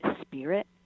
spirit